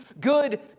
good